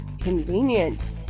Convenient